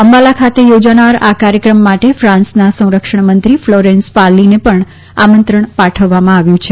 અંબાલા ખાતે યોજનાર આ ક્રાર્યક્રમ માટે ફાન્સનાં સંરક્ષણમંત્રી ફલોરેન્સ પાર્લીને પણ આમંત્રણ પાઠવવામાં આવ્યું છે